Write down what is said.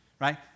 right